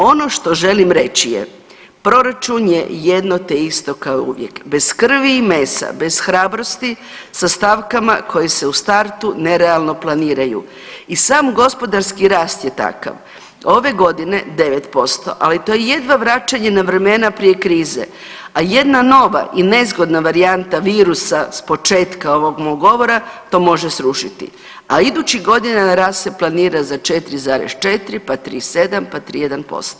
Ono što želim reći je proračun je jedno te isto kao i uvijek bez krvi i mesa, bez hrabrosti sa stavkama koje se u startu nerealno planiraju i sam gospodarski rast je takav, ove godine 9%, ali to je jedva vraćanje na vremena prije krize, a jedna nova i nezgodna varijanta virusa s početka ovog mog govora to može srušiti, a idućih godina rast se planira za 4,4, pa 3,7, pa 3,1%